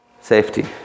Safety